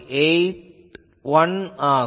81 ஆகும்